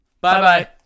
Bye-bye